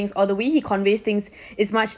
or the way he conveys things is much